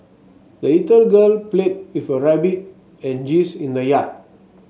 the little girl played with her rabbit and geese in the yard